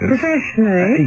Professionally